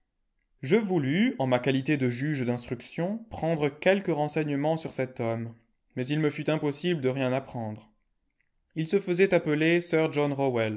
je voulus en ma qualité de juge d'instruction prendre quelques renseignements sur cet homme mais il me fut impossible de rien apprendre il se faisait appeler sir john